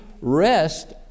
rest